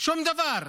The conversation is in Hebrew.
שום דבר,